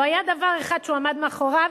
לא היה דבר אחד שהוא עמד מאחוריו,